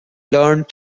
learned